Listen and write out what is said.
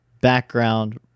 background